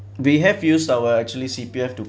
do you have used our actually C_P_F to